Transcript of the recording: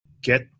get